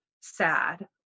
sad